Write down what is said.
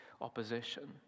opposition